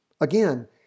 Again